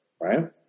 right